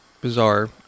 bizarre